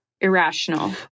irrational